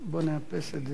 נגד, שלמה?